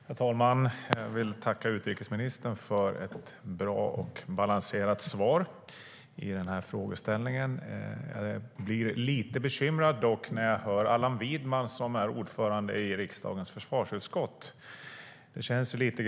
Herr talman! Jag vill tacka utrikesministern för ett bra och balanserat svar på den här frågeställningen. Jag blir dock lite bekymrad när jag hör Allan Widman, som är ordförande i riksdagens försvarsutskott.